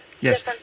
Yes